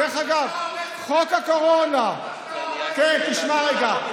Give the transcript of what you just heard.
אתה הורס את בית המשפט, זה להגן על בית המשפט.